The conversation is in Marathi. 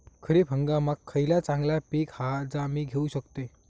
खरीप हंगामाक खयला चांगला पीक हा जा मी घेऊ शकतय?